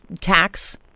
tax